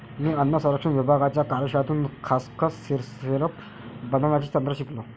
मी अन्न संरक्षण विभागाच्या कार्यशाळेतून खसखस सिरप बनवण्याचे तंत्र शिकलो